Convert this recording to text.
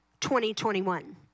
2021